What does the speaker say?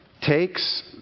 takes